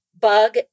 Bug